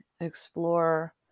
explore